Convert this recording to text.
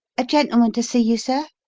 a gentleman to see you, sir,